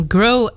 Grow